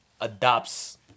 adopts